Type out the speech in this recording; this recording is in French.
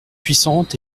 puissante